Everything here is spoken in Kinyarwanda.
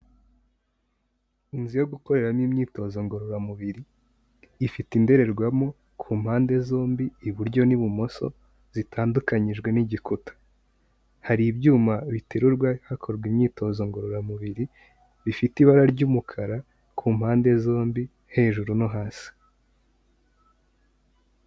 Inzu yo gukoreramo n'imyitozo ngororamubiri, ifite indorerwamo, ku mpande zombi, iburyo n'ibumoso, zitandukanyijwe n'igikuta. Hari ibyuma biterurwa hakorwa imyitozo ngororamubiri, bifite ibara ry'umukara ku mpande zombi, hejuru no hasi.